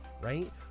right